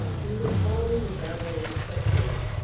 he was following the battle as a spectator,